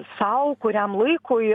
sau kuriam laikui